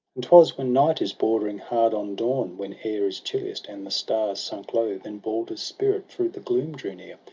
and twas when night is bordering hard on dawn, when air is chilliest, and the stars sunk low then balder's spirit through the gloom drew near,